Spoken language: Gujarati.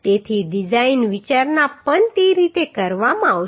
તેથી ડિઝાઇન વિચારણા પણ તે રીતે કરવામાં આવશે